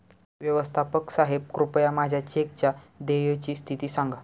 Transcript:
व्यवस्थापक साहेब कृपया माझ्या चेकच्या देयची स्थिती सांगा